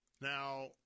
Now